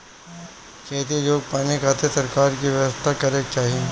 खेती जोग पानी खातिर सरकार के व्यवस्था करे के चाही